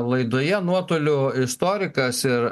laidoje nuotoliu istorikas ir